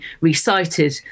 recited